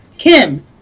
Kim